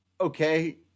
okay